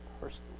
personally